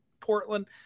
Portland